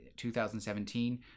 2017